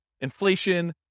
inflation